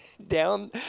down